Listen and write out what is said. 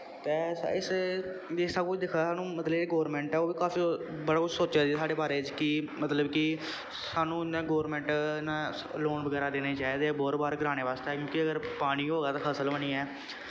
ते इस एह् सब किश दिक्खेआ जाए सानूं मतलब गौरमैंट ऐ ओह् बी काफी जादा बड़ा कुछ सोचा दी ऐ साढ़े बारे च कि मतलब कि सानूं इ'यां गोरमैंट ने लोन बगैरा देने चाहिदे बोर बार कराने बास्तै क्योंकि अगर पानी होऐ ते फसल होनी ऐ